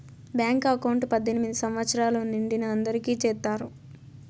bank account పద్దెనిమిది సంవచ్చరాలు నిండిన అందరికి చేత్తారు